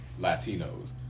Latinos